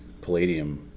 Palladium